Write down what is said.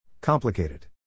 Complicated